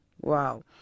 Wow